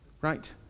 right